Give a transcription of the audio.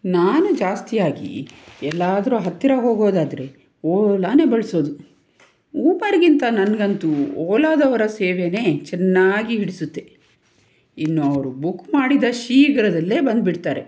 ನಾನು ಜಾಸ್ತಿಯಾಗಿ ಎಲ್ಲಾದರೂ ಹತ್ತಿರ ಹೋಗೋದಾದ್ರೆ ಓಲಾನೆ ಬಳಸೋದು ಊಬರ್ಗಿಂತ ನನಗಂತೂ ಓಲಾದವರ ಸೇವೆಯೇ ಚೆನ್ನಾಗಿ ಹಿಡಿಸುತ್ತೆ ಇನ್ನು ಅವರು ಬುಕ್ ಮಾಡಿದ ಶೀಘ್ರದಲ್ಲೇ ಬಂದು ಬಿಡ್ತಾರೆ